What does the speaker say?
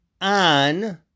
on